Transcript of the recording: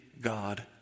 God